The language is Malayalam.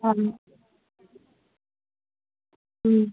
ആണ്